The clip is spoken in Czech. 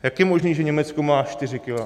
Jak je možné, že Německo má čtyři kila?